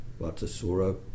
Vatsasura